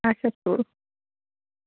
اَچھا تُل